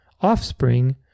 offspring